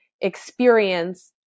experience